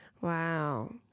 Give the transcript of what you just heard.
Wow